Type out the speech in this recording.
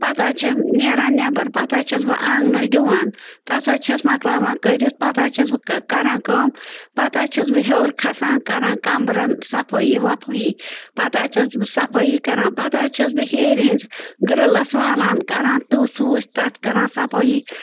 پتہٕ حظ چھَم نیران نٮ۪بر پتہٕ حظ چھَس بہٕ آنٛگنَس ڈُوان تَتھ حظ چھَس مۄکلاوان کٔرِتھ پتہٕ حظ چھَس بہٕ کَران کٲم پتہٕ حظ چھَس بہٕ ہیوٚر کھَسان کَران کمرَن صفٲیی وفٲیی پتہٕ حظ چھَس بہٕ صفٲیی کَران پتہٕ حظ چھَس بہٕ ہیرِ ہِنٛز گٕرٛلَس والان کَران تٕژھ وٕژھ تَتھ کَران صفٲیی